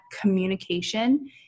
communication